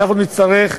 אנחנו נצטרך,